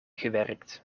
gewerkt